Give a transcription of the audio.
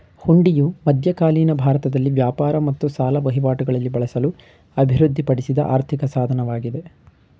ಹುಂಡಿಯು ಮಧ್ಯಕಾಲೀನ ಭಾರತದಲ್ಲಿ ವ್ಯಾಪಾರ ಮತ್ತು ಸಾಲ ವಹಿವಾಟುಗಳಲ್ಲಿ ಬಳಸಲು ಅಭಿವೃದ್ಧಿಪಡಿಸಿದ ಆರ್ಥಿಕ ಸಾಧನವಾಗಿದೆ